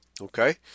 okay